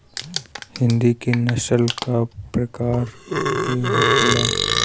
हिंदी की नस्ल का प्रकार के होखे ला?